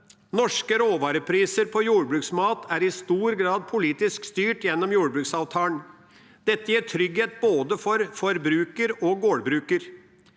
Norske råvarepriser på jordbruksmat er i stor grad politisk styrt gjennom jordbruksavtalen. Dette gir trygghet både for forbruker og for gårdbruker.